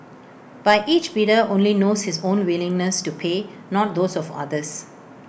but each bidder only knows his own willingness to pay not those of others